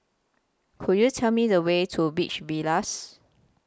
Could YOU Tell Me The Way to Beach Villas